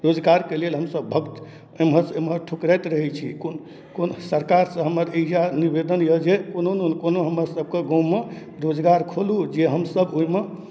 रोजगारके लेल हमसभ भट एम्हरसँ ओम्हर ठुकराइत रहै छी कोन कोन सरकारसँ हमर इएह निवेदन यए जे कोनो नहि कोनो हमरसभके गाँवमे रोजगार खोलू जे हमसभ ओहिमे